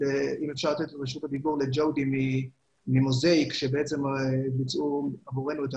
אם אפשר לתת את רשות הדיבור לג'ודי שביצעו עבורנו.